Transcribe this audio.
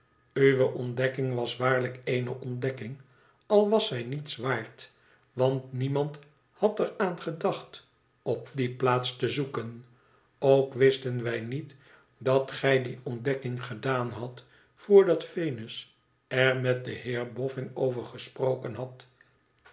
uwe ontdekking was waarlijk eene ontdekking al was zij niets waard want niemand had er aan gedacht op die plaats te zoeken ook wisten wij niet dat gij die ontdekkmg gedaan hadt voordat venus er met den heer boffin over gesproken had